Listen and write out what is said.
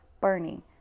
burning